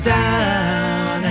down